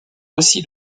aussi